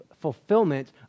fulfillment